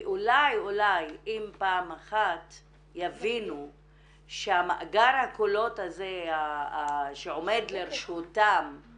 ואולי אולי אם פעם אחת יבינו שמאגר הקולות הזה שעומד לרשותם,